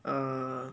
uh